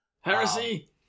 Heresy